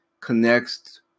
connects